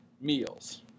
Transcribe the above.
meals